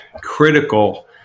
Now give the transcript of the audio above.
critical